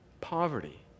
poverty